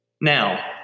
Now